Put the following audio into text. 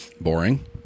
Boring